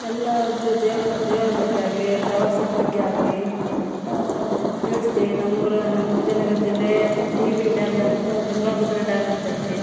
ಎಲ್ಲ ದೇವರ ದೇವರ ಬಗ್ಗೆ ಆಗಲಿ ಪ್ರವಾಸದ ಬಗ್ಗೆ ಆಗಲಿ ತಿಳಿಸ್ತೀವಿ ನಮ್ಮ ಊರು ನಮ್ಮ ವಿಜಯನಗರ ಜಿಲ್ಲೆ ಟಿ ಬಿ ಡ್ಯಾಮ್ ಅಂತ ತುಂಗಭದ್ರಾ ಡ್ಯಾಮ್ ಅಂತೈತಿ